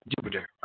Jupiter